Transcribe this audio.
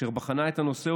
אשר בחנה את הנושא,